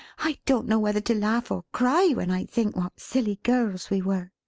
i don't know whether to laugh or cry, when i think what silly girls we were.